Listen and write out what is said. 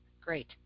Great